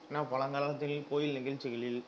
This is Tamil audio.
ஏன்னால் பழங்காலத்தில் கோயில் நிகழ்ச்சிகளில்